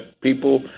people